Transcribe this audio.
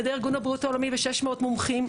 על ידי ארגון הבריאות העולמי ו-600 מומחים.